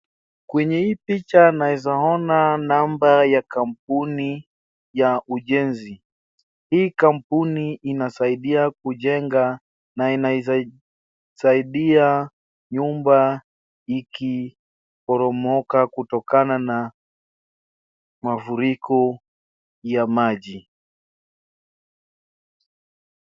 Kwenye hii picha naeza ona namba ya kampuni ya ujenzi. Hii kampuni inasaidia kujenga na inaeza saidia nyumba ikiporomoka kutokana na mafuriko ya maji.